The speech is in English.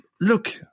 look